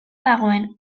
dagoen